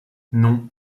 non